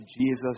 Jesus